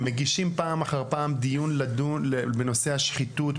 מגישים פעם אחר פעם לדיון בנושא השחיטות,